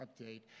update